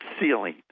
ceiling